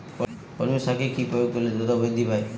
কলমি শাকে কি প্রয়োগ করলে দ্রুত বৃদ্ধি পায়?